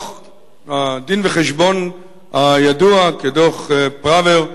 הדין-וחשבון הידוע כדוח-פראוור,